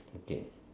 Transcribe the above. okay